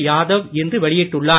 யாதவ் இன்று வெளியிட்டுள்ளார்